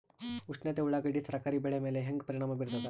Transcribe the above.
ಉಷ್ಣತೆ ಉಳ್ಳಾಗಡ್ಡಿ ತರಕಾರಿ ಬೆಳೆ ಮೇಲೆ ಹೇಂಗ ಪರಿಣಾಮ ಬೀರತದ?